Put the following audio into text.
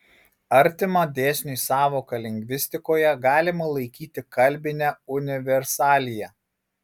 artima dėsniui sąvoka lingvistikoje galima laikyti kalbinę universaliją